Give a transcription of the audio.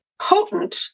potent